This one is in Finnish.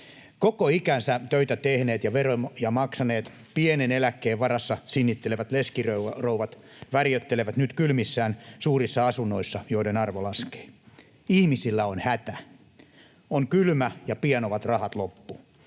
Koko ikänsä töitä tehneet ja veroja maksaneet, pienen eläkkeen varassa sinnittelevät leskirouvat värjöttelevät nyt kylmissään suurissa asunnoissaan, joiden arvo laskee. Ihmisillä on hätä. On kylmä, ja pian ovat rahat loppu.